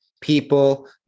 people